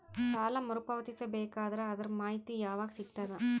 ಸಾಲ ಮರು ಪಾವತಿಸಬೇಕಾದರ ಅದರ್ ಮಾಹಿತಿ ಯವಾಗ ಸಿಗತದ?